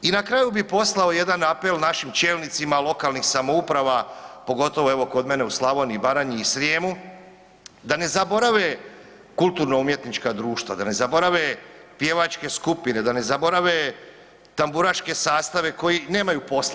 I na kraju bi poslao jedan apel našim čelnicima lokalnih samouprava pogotovo evo kod mene u Slavoniji i Baranji i Srijemu da ne zaborave kulturno-umjetnička društva, da ne zaborave pjevačke skupine, da ne zaborave tamburaške sastave koji nemaju posla.